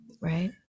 Right